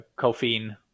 caffeine